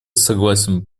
согласен